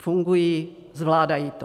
Fungují, zvládají to.